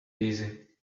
easy